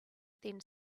then